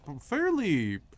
fairly